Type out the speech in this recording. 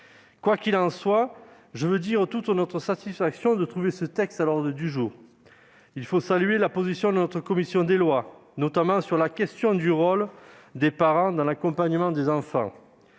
Quoi qu'il en soit, je veux dire toute notre satisfaction de voir ce texte inscrit à notre ordre du jour. Il faut saluer la position de notre commission des lois, notamment sur la question du rôle des parents dans l'accompagnement des enfants.